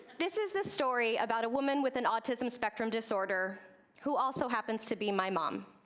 this is the story about a woman with an autism spectrum disorder who also happens to be my mom.